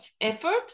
effort